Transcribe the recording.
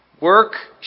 Work